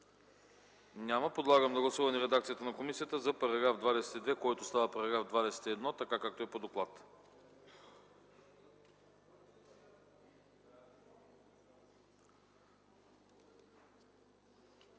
Няма. Подлагам на гласуване редакцията на комисията за § 22, който става § 21, така както е по доклад.